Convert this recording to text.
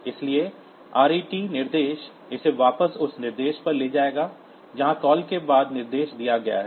इसलिए RET निर्देश इसे वापस उस निर्देश पर ले जाएगा जहां कॉल के बाद निर्देश दिया गया है